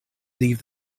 leave